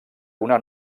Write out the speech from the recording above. una